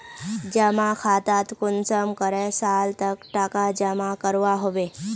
जमा खातात कुंसम करे साल तक टका जमा करवा होबे?